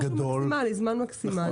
זמן מקסימלי.